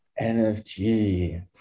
nfg